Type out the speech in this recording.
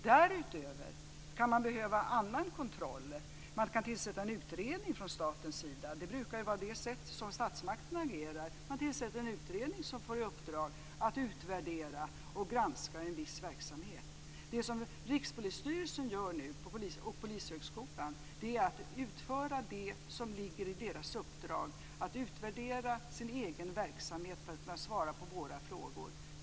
Därutöver kan man behöva annan kontroll. Man kan tillsätta en utredning från statens sida. Statsmaktens sätt att agera brukar ju vara att tillsätta en utredning som får i uppdrag att utvärdera och granska en viss verksamhet. Det som Rikspolisstyrelsen nu gör på Polishögskolan är att utföra det som ligger i deras uppdrag, nämligen att utvärdera sin egen verksamhet för att kunna svara på våra frågor.